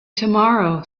tomorrow